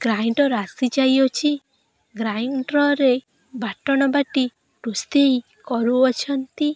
grinder ଆସି ଯାଇଅଛି ଗ୍ରାଇଣ୍ଡରରେ ବାଟଣ ବାଟି ରୋଷେଇ କରୁଅଛନ୍ତି